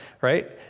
right